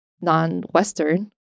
non-Western